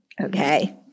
Okay